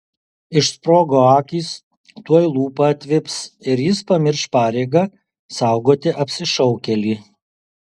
išsprogo akys tuoj lūpa atvips ir jis pamirš pareigą saugoti apsišaukėlį